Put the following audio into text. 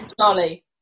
Charlie